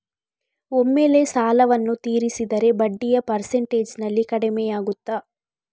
ಒಮ್ಮೆಲೇ ಸಾಲವನ್ನು ತೀರಿಸಿದರೆ ಬಡ್ಡಿಯ ಪರ್ಸೆಂಟೇಜ್ನಲ್ಲಿ ಕಡಿಮೆಯಾಗುತ್ತಾ?